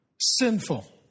sinful